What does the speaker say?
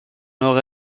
nord